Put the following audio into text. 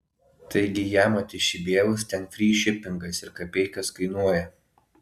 taigi jamat iš ibėjaus ten fry šipingas ir kapeikas kainuoja